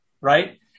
Right